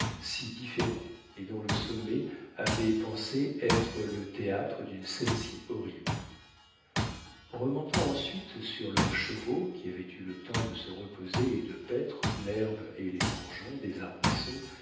si différents et dont le sommet avait pensé être le théâtre d'une scène si horrible remontant ensuite sur leurs chevaux qui avaient eu le temps de se reposer et de paître l'herbe et les bourgeons des arbrisseaux